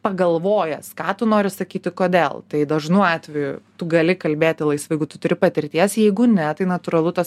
pagalvojęs ką tu nori sakyti kodėl tai dažnu atveju tu gali kalbėti laisvai jeigu tu turi patirties jeigu ne tai natūralu tas pa